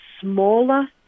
smaller